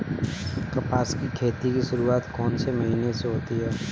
कपास की खेती की शुरुआत कौन से महीने से होती है?